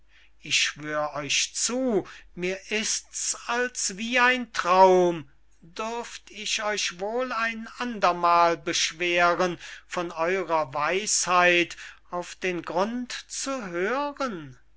ich schwör euch zu mir ist's als wie ein traum dürft ich euch wohl ein andermal beschweren von eurer weisheit auf den grund zu hören